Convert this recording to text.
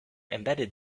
embedded